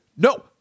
no